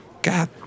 God